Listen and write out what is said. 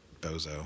bozo